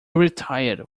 retired